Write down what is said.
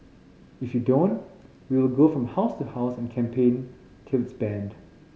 if you don't we will go from house to house and campaign till it is banned